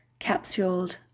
capsuled